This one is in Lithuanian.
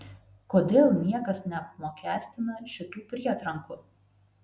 kodėl niekas neapmokestina šitų prietrankų